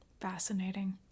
Fascinating